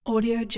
Audio